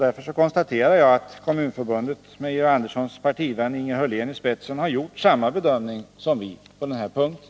Därför konstaterar jag att Kommunförbundet, med Georg Anderssons partivän Inge Hörlén i spetsen, har gjort samma bedömning som vi på den här punkten.